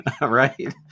Right